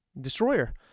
destroyer